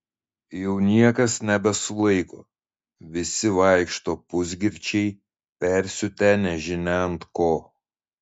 jau niekas nebesulaiko visi vaikšto pusgirčiai persiutę nežinia ant ko